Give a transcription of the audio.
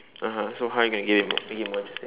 (uh huh) so how you gonna give it more make it more interesting